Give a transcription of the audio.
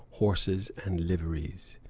horses, and liveries.